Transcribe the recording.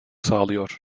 sağlıyor